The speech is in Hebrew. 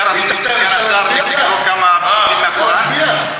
סגן השר, אפשר לקרוא כמה פסוקים מהקוראן?